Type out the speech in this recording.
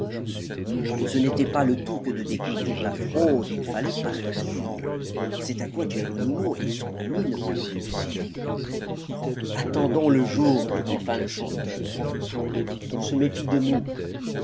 ce n'était pas le tout que de découvrir la fraude il fallait partir c'est à quoi geronimo et son ami ne purent réussir attendons le jour dit enfin le chanteur on se méfie de nous